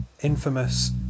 Infamous